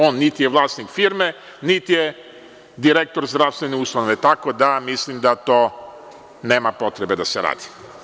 On niti je vlasnik firme, niti je direktor zdravstvene ustanove, tako da mislim da to nema potrebe da se radi.